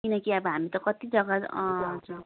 किनकि हामी कति जग्गा